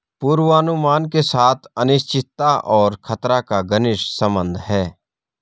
पूर्वानुमान के साथ अनिश्चितता और खतरा का घनिष्ट संबंध है